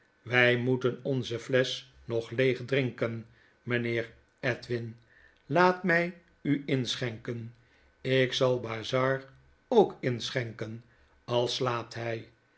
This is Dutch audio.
wij moeten onze flesch nog leeg drinken mijnheer edwin laat mij u inschenken ik zal bazzard ook inschenken al slaapt hij